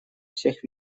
всех